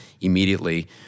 immediately